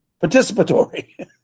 participatory